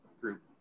group